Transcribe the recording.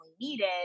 needed